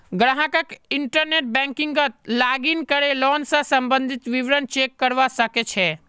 ग्राहक इंटरनेट बैंकिंगत लॉगिन करे लोन स सम्बंधित विवरण चेक करवा सके छै